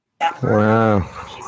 Wow